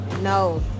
No